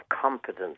competence